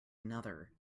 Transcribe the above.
another